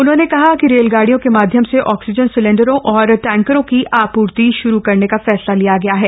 उन्होंने कहा कि रेलगाड़ियों के माध्यम ऑक्सीजन सिलेंडरों और टैंकरों की आपूर्ति श्रू करने का फैसला लिया गया है